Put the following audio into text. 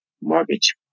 mortgage